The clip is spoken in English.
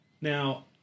Now